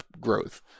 growth